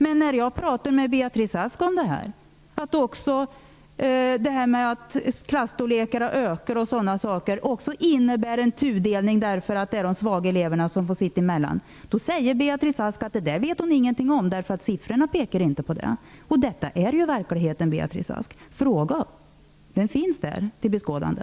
Men när jag talar med Beatrice Ask om att klasstorlekarna ökar och liknande saker och att även det innebär en tudelning, eftersom det är de svaga eleverna som får sitta emellan, säger Beatrice Ask att man inte vet någonting om det, därför att siffrorna inte pekar i den riktningen. Men detta är verkligheten, Beatrice Ask. Fråga om den. Den finns där till beskådande.